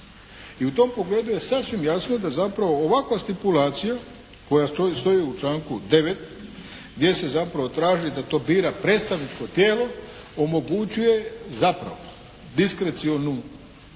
I u tom pogledu je sasvim jasno da zapravo ovakva stipulacija koja stoji u članku 9. gdje se zapravo traži da to bira predstavničko tijelo omogućuje zapravo diskrecionu